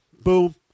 Boom